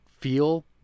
feel